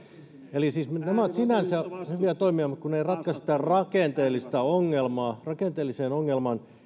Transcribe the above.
eli nämä ovat sinänsä hyviä toimia mutta kun ne eivät ratkaise sitä rakenteellista ongelmaa rakenteellisen ongelman